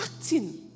acting